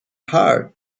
heart